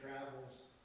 travels